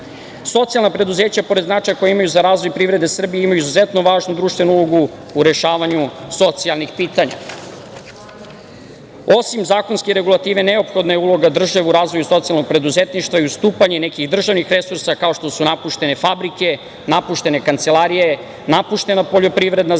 preduzeća pored značaja koje imaju za razvoj privrede Srbije imaju izuzetno važno društvenu ulogu u rešavanju socijalnih pitanja. Osim zakonske regulative neophodna je uloga države u razvoju socijalnog preduzetništva i ustupanje nekih državnih resursa, kao što su napuštene fabrike, napuštene kancelarije, napušteno poljoprivredno zemljište